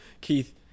Keith